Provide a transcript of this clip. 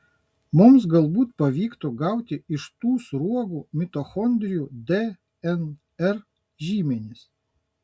mums galbūt pavyktų gauti iš tų sruogų mitochondrijų dnr žymenis